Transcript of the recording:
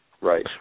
Right